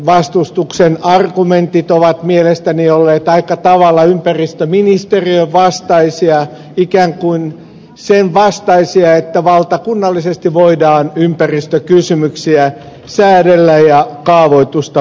vastustuksen argumentit ovat mielestäni olleet aika tavalla ympäristöministeriön vastaisia ikään kuin sen vastaisia että valtakunnallisesti voidaan ympäristökysymyksiä säädellä ja kaavoitusta ohjata